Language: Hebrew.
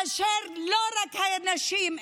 לא רק על הנשים,